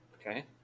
Okay